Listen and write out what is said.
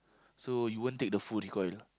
so you won't take the full recoil